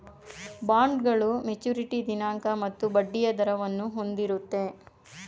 ಬಾಂಡ್ಗಳು ಮೆಚುರಿಟಿ ದಿನಾಂಕ ಮತ್ತು ಬಡ್ಡಿಯ ದರವನ್ನು ಹೊಂದಿರುತ್ತೆ